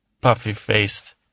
puffy-faced